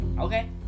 Okay